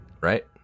right